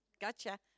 Gotcha